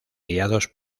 guiados